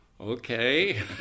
Okay